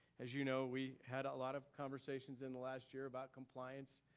as you know, we had a lot of conversations in the last year about compliance.